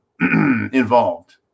involved